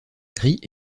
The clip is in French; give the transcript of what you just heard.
gris